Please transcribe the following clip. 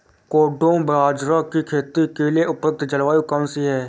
कोडो बाजरा की खेती के लिए उपयुक्त जलवायु कौन सी है?